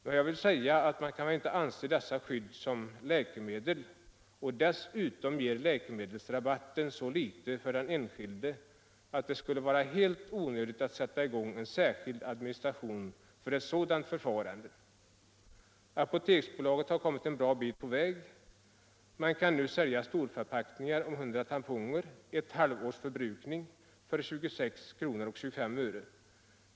Man kan väl inte anse dessa skydd som ett läkemedel, och dessutom ger läkemedelsrabatten så litet för den enskilde att det skulle vara helt onödigt att sätta i gång en särskild administration för ett sådant förfarande. Apoteksbolaget har kommit en bra bit på väg. Man kan nu sälja storförpackningar om 100 tamponger — ett halvårs förbrukning — för 26:25.